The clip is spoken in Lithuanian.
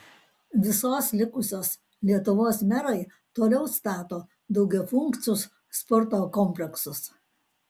visos likusios lietuvos merai toliau stato daugiafunkcius sporto kompleksus